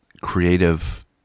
creative